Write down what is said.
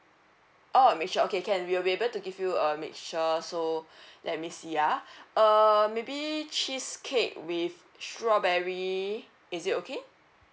oh a mixture okay can we will be able to give you a mixture so let me see ah err maybe cheesecake with strawberry is it okay